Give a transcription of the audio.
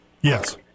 Yes